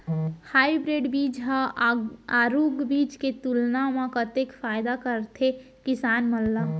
Hybrid बीज हा आरूग बीज के तुलना मा कतेक फायदा कराथे किसान मन ला?